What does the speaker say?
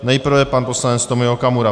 Nejprve pan poslanec Tomio Okamura.